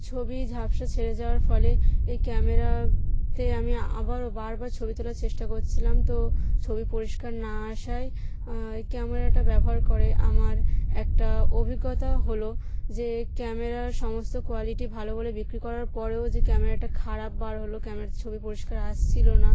ছবি ঝাপসা ছেড়ে যাওয়ার ফলে এই ক্যামেরাতে আমি আবারও বারবার ছবি তোলার চেষ্টা করছিলাম তো ছবি পরিষ্কার না আসায় ক্যামেরাটা ব্যবহার করে আমার একটা অভিজ্ঞতা হলো যে ক্যামেরার সমস্ত কোয়ালিটি ভালো বলে বিক্রি করার পরেও যে ক্যামেরাটা খারাপ বার হলো ক্যামেরাতে ছবি পরিষ্কার আসছিল না